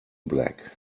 black